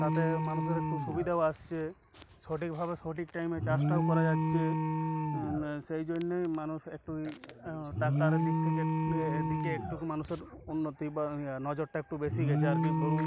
তাতে মানুষের একটু সুবিধাও আসছে সঠিকভাবে সঠিক টাইমে চাষটাও করা যাচ্ছে সেই জন্যেই মানুষ একটু ট্রাক্টারের দিক থেকে নিয়ে এদিকে একটু মানুষের উন্নতি বা ইয়া নজরটা একটু বেশি গেছে আর কি বরু